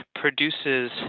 produces